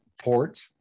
ports